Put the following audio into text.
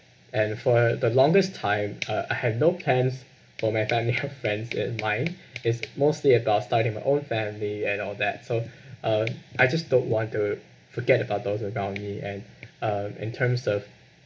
and for the the longest time uh I had no plans for my family and friends in line is mostly about starting my own family and all that so um I just don't want to forget about those around me and um in terms of